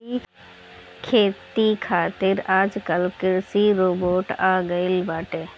खेती खातिर आजकल कृषि रोबोट आ गइल बाटे